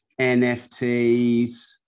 NFTs